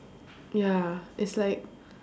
ya it's like